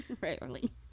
Rarely